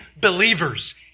believers